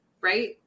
right